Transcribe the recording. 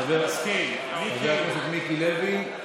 חבר הכנסת מיקי לוי?